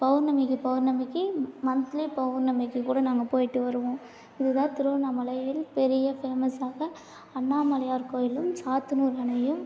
பவுர்ணமிக்கு பவுர்ணமிக்கு மந்த்லி பவுர்ணமிக்கு கூட நாங்கள் போய்விட்டு வருவோம் இது தான் திருவண்ணாமலையில் பெரிய ஃபேமஸாக அண்ணாமலையார் கோயிலும் சாத்தனூர் அணையும்